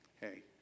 hey